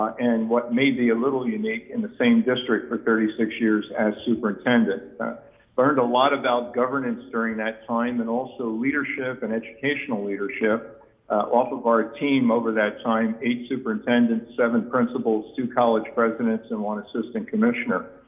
and what may be a little unique, in the same district for thirty six years as superintendent. learned a lot about governance during that time and also leadership and educational leadership off of our team over that time, eight superintendents, seven principals, two college presidents and one assistant commissioner.